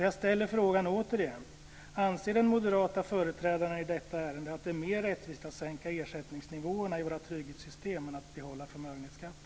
Jag ställer frågan återigen: Anser den moderata företrädaren i detta ärende att det är mer rättvist att sänka ersättningsnivåerna i våra trygghetssystem än att behålla förmögenhetsskatten?